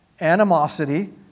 animosity